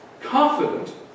Confident